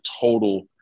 total